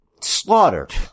slaughtered